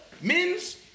men's